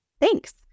Thanks